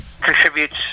contributes